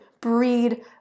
breed